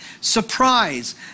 surprise